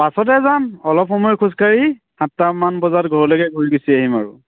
বাছতে যাম অলপ সময় খোজকাঢ়ি সাতটামান বজাত ঘৰলৈকে গুচি আহিম আৰু